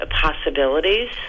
possibilities